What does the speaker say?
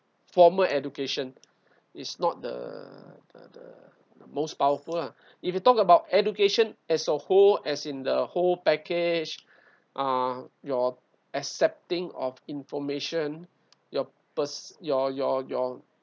formal education is not the the the most powerful lah if you talk about education as a whole as in the whole package uh your accepting of information your pers~ your your your